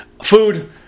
Food